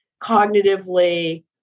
cognitively